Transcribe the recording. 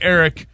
Eric